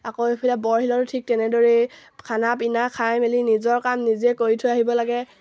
আকৌ এইফালে বৰশিলতো ঠিক তেনেদৰেই খানা পিনা খাই মেলি নিজৰ কাম নিজে কৰি থৈ আহিব লাগে